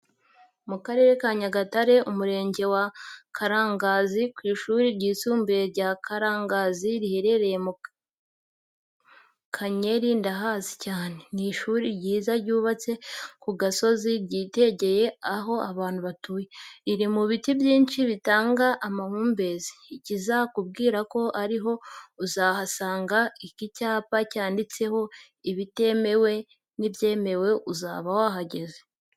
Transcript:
Mu Karere Kanyagatare, Umurenge wa Karangazi ku ishuri ryisumbuye rya Karangazi riherereye mu Kanyeri ndahazi cyane. Ni ishuri ryiza ryubatse ku gasozi ryitegeye aho abantu batuye. Riri mu biti byinshi bitanga amahumbezi. Ikizakubwira ko ariho uzahasanga iki cyapa cyanditseho ibitemewe n'ibyemewe uzaba wahageze.